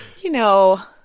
you know,